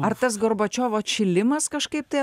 ar tas gorbačiovo atšilimas kažkaip tai